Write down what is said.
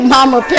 Mama